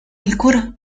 الكرة